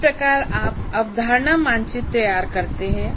इस प्रकार आप अवधारणा मानचित्र तैयार करते हैं